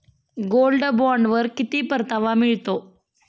Gold बॉण्डवर किती परतावा मिळतो?